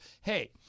hey